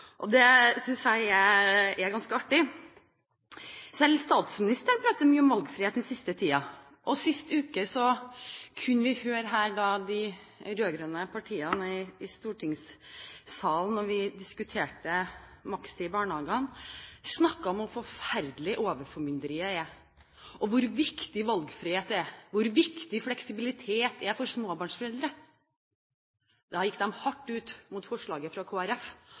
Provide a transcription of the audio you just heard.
Det synes jeg er ganske artig. Selv statsministeren har pratet mye om valgfrihet den siste tiden. Sist uke kunne vi høre de rød-grønne partiene her i stortingssalen, da vi diskuterte makstid i barnehagene, snakke om hvor forferdelig overformynderiet er, hvor viktig valgfrihet er, og hvor viktig fleksibilitet er for småbarnsforeldre. Da gikk de hardt ut mot forslaget fra